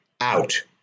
out